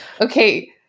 Okay